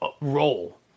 role